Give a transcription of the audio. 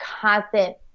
constant